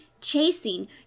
chasing